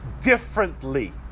differently